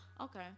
okay